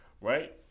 right